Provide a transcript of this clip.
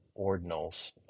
ordinals